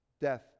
death